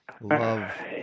love